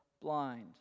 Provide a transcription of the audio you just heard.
blind